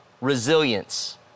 resilience